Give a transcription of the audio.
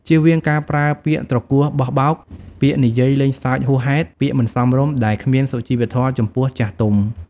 ជៀសវាងការប្រើពាក្យត្រគោះបោះបោក ពាក្យនិយាយលេងសើចហួសហេតុ ពាក្យមិនសមរម្យដែលគ្មានសុជីវធម៌ចំពោះចាស់ទុំ។